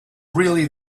really